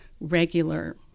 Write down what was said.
regular